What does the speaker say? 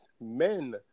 men